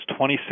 26